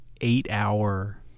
eight-hour